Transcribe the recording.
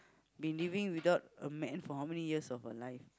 been living without a man for how many years of her life